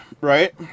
right